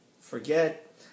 forget